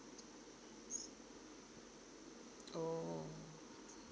oh